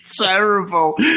terrible